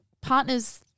partners